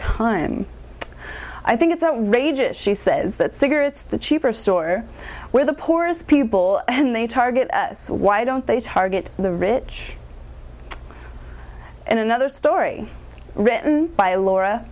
time i think it's outrageous she says that cigarettes the cheaper store where the poorest people and they target why don't they target the rich in another story written by laura